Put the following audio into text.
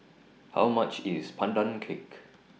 How much IS Pandan Cake